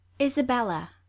Isabella